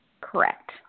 Correct